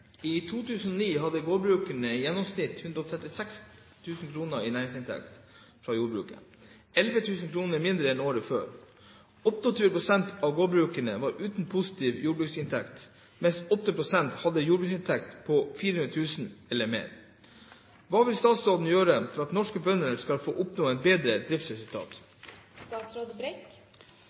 2009 hadde gårdbrukerne i gjennomsnitt 136 000 kr i næringsinntekt fra jordbruk, 11 000 kr mindre enn året før. 28 pst. av gårdbrukere var uten positiv jordbruksinntekt, mens 8 pst. hadde jordbruksinntekt på 400 000 kr eller mer. Hva vil statsråden gjøre for at norske bønder skal oppnå et bedre